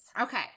Okay